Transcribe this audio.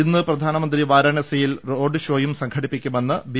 ഇന്ന് പ്രധാനമന്ത്രി വാരണാസിയിൽ റോഡ്ഷോയും സംഘ ടിപ്പിക്കുമെന്ന് ബി